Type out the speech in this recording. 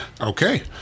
Okay